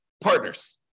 partners